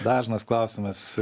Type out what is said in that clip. dažnas klausimas